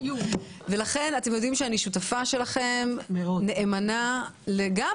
אתם יודעים שאני שותפה נאמנה שלכם,